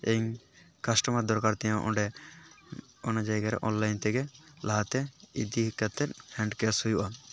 ᱤᱧ ᱠᱟᱥᱴᱚᱢᱟᱨ ᱫᱚᱨᱠᱟᱨ ᱛᱤᱧᱟᱹ ᱚᱸᱰᱮ ᱚᱱᱟ ᱡᱟᱭᱜᱟ ᱨᱮ ᱚᱱᱞᱟᱭᱤᱱ ᱛᱮᱜᱮ ᱞᱟᱦᱟ ᱛᱮ ᱤᱫᱤ ᱠᱟᱛᱮᱫ ᱦᱮᱱᱰ ᱠᱮᱥ ᱦᱩᱭᱩᱜᱼᱟ